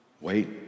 Wait